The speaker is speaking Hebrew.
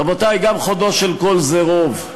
רבותי, גם חודו של קול זה רוב.